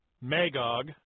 Magog